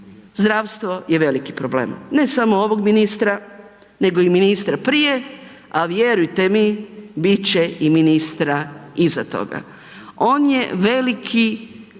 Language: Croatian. Zdravstvo je veliki problem, ne samo ovog ministara nego i ministra prije a vjerujete mi biti će i ministra iza toga. On je veliki gutač